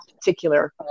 particular